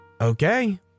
Okay